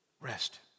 rest